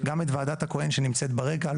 גם את וועדת הכהן שנמצאת ברקע,